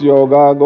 Yoga